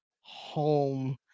home